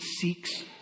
seeks